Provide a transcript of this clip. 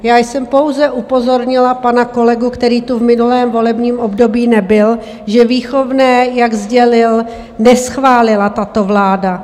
Já jsem pouze upozornila pana kolegu, který tu v minulém volebním období nebyl, že výchovné, jak sdělil, neschválila tato vláda.